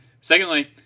Secondly